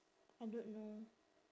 I don't know